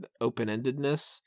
open-endedness